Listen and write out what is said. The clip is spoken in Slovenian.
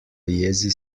jezi